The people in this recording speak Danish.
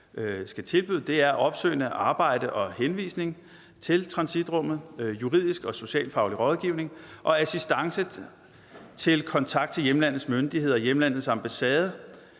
skal tilbyde, er opsøgende arbejde og henvisning til transitrummet, juridisk og socialfaglig rådgivning og assistance til kontakt til hjemlandets ambassade